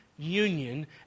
Union